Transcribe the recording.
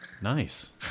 nice